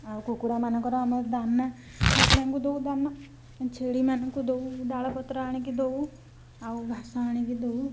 ଆଉ କୁକୁଡ଼ାମାନଙ୍କର ଆମର ଦାନା କୁକୁଡ଼ାଙ୍କୁ ଦଉ ଦାନା ଛେଳିମାନଙ୍କୁ ଦଉ ଡାଳପତ୍ର ଆଣିକି ଦଉ ଆଉ ଘାସ ଆଣିକି ଦଉ